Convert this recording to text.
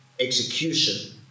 execution